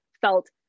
felt